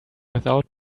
without